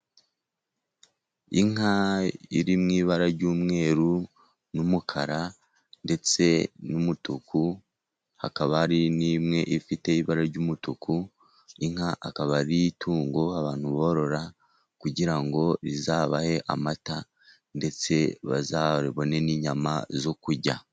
Inka iri mu ibara ry'umweru n'umukara ndetse n'umutuku, hakaba hari n'imwe ifite ibara ry'umutuku. Inka akaba ari itungo abantu borora kugira ngo rizabahe amata. ndetse bazabone n'inyama zo kurya.